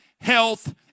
health